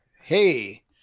hey